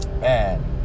Man